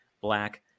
black